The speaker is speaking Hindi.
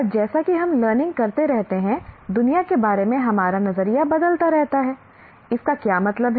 और जैसा कि हम लर्निंग करते रहते हैं दुनिया के बारे में हमारा नज़रिया बदलता रहता है इसका क्या मतलब है